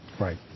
Right